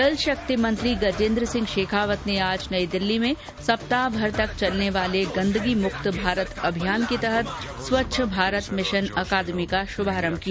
जलशक्ति मंत्री गजेन्द्र सिंह शेखावत ने आज नई दिल्ली में सप्ताह भर तक चलने वाले गंदगी मुक्त भारत अभियान के तहत स्वच्छ भारत मिशन अकादमी का शुभारम्भ किया